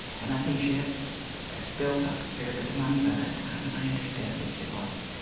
and i think she had ah built up a fair bit of money by that time. and i understand that she lost